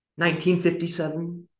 1957